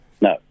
No